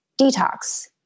detox